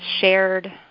shared